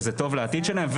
שזה טוב לעתיד שלהם,